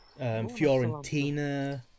Fiorentina